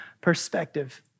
perspective